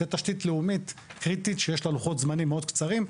זו תשתית לאומית קריטית שיש לה לוחות זמנים מאוד קצרים.